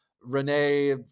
Renee